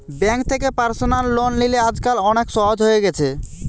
bank থেকে personal loan লিলে আজকাল অনেক সহজ হয়ে গেছে